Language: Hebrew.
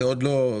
זה לא בשל,